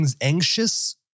anxious